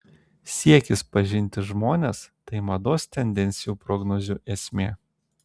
siekis pažinti žmones tai mados tendencijų prognozių esmė